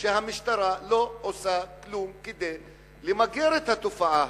והמשטרה לא עושה כלום כדי למגר את התופעה הזאת.